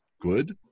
good